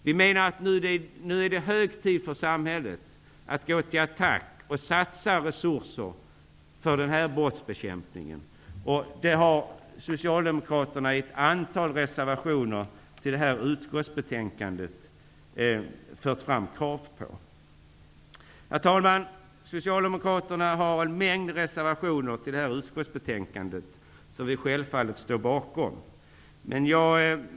Vi menar att nu är det hög tid för samhället att gå till attack och satsa resurser för bekämpning av den sortens brott. Krav på detta har Socialdemokraterna fört fram i ett antal reservationer till utskottets betänkande. Herr talman! Socialdemokraterna har en mängd reservationer till det här utskottsbetänkandet, och dem står vi självfallet bakom.